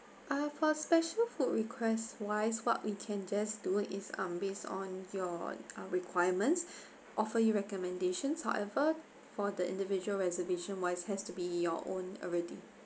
uh for special food requests wise what we can just do is um based on your uh requirements offer you recommendations however for the individual reservation wise has to be your own already